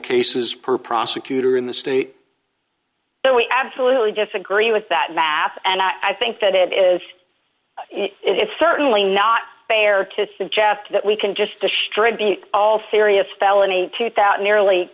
cases per prosecutor in the state so we absolutely disagree with that math and i think that it is it is certainly not fair to suggest that we can just distribute all serious felony tooth out merely